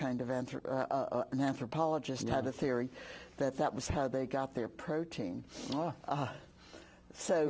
kind of answer an anthropologist had a theory that that was how they got their protein so